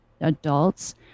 adults